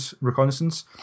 reconnaissance